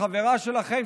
שחברה שלכם,